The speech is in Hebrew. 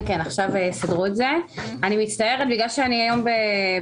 אני מצטערת בגלל שאני היום בצפון